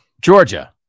Georgia